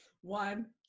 One